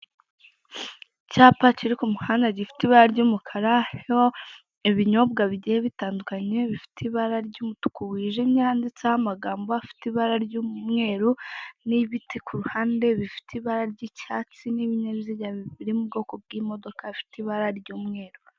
Icyapa kiri ku muhanda gifite ibara ry'umukara hariho ibinyobwa bigiye bitandukanye bifite ibara ry'umutuku wijimye handitseho amagambo afite ibara ry'umweru n'ibiti ku ruhande bifite ibara ry'icyatsi n'ibinyabiziga biri mu bwoko bw'imodoka bifite ibara ry'umweru.